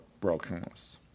brokenness